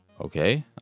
Okay